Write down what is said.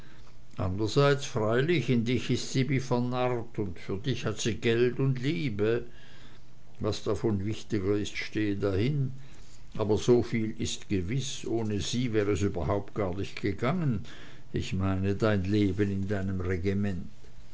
andrerseits freilich in dich ist sie wie vernarrt für dich hat sie geld und liebe was davon wichtiger ist stehe dahin aber soviel ist gewiß ohne sie wär es überhaupt gar nicht gegangen ich meine dein leben in deinem regiment